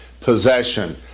possession